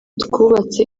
twubatse